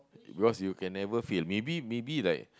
because you can never feel maybe maybe like